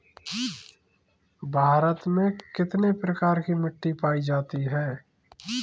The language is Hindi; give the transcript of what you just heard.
भारत में कितने प्रकार की मिट्टी पाई जाती है?